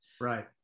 right